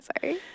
sorry